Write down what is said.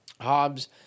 Hobbs